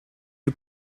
you